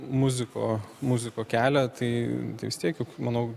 muziko muziko kelią tai vis tiek juk manau